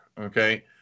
okay